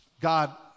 God